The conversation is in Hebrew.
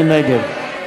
מי נגד?